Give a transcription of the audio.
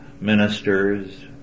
ministers